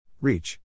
Reach